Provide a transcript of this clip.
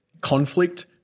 conflict